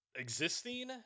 existing